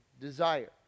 desire